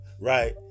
right